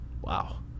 Wow